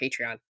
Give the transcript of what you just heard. Patreon